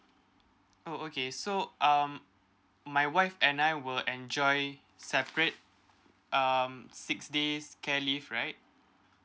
oh okay so um my wife and I will enjoy separate um six days care leave right